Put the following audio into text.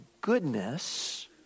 goodness